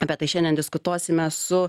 apie tai šiandien diskutuosime su